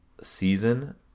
season